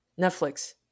Netflix